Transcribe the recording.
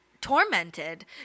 tormented